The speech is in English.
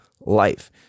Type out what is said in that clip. life